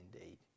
indeed